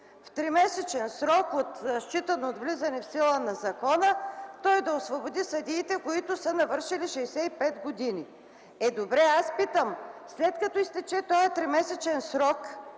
в тримесечен срок, считан от влизане в сила на закона, той да освободи съдиите, които са навършили 65 години. Е, добре, аз питам – след като изтече този 3-месечен срок,